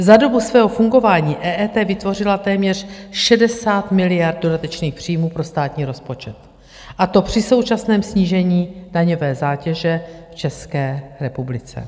Za dobu svého fungování EET vytvořila téměř 60 miliard dodatečných příjmů pro státní rozpočet, a to při současném snížení daňové zátěže v České republice.